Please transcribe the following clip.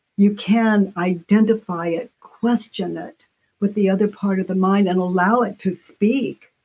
you can identify it, question it with the other part of the mind and allow it to speak,